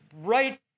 right